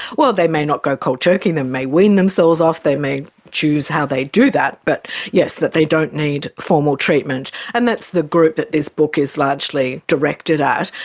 well, they may not go cold turkey, they may wean themselves off, they may choose how they do that, but yes, that they don't need formal treatment, and that's the group that this book is largely directed at,